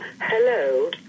hello